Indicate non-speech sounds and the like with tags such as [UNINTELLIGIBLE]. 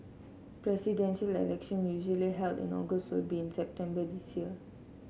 presidential [UNINTELLIGIBLE] usually held in August will be in September this year